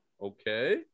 Okay